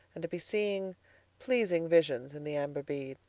and to be seeing pleasing visions in the amber bead.